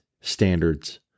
standards